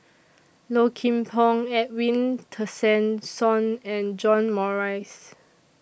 Low Kim Pong Edwin Tessensohn and John Morrice